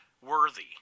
worthy